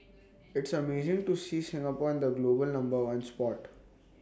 it's amazing to see Singapore in the global number on spot